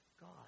God